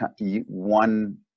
one